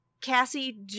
Cassie